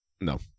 No